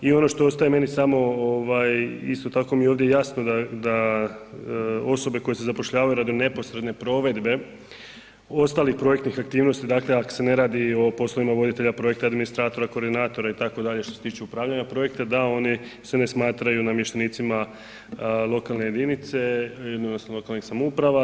I ono to ostaje meni samo i isto tako mi je ovdje jasno da osobe koje se zapošljavaju radi neposredne provedbe ostalih projektnih aktivnosti, dakle ako se ne radi o poslovima voditelja projekta, administratora, koordinatora itd., što se tiče upravljanja projekta da oni se ne smatraju namještenicima lokalne jedinice, odnosno lokalnih samouprava.